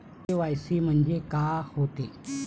KYC म्हंनजे का होते?